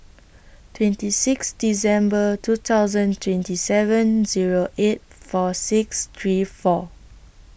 twenty six December two thousand twenty seven Zero eight four six three four